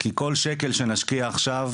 כי כל שקל שנשקיע עכשיו,